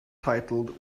titled